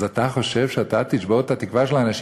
אז אתה חושב שאתה תשבור את התקווה של אנשים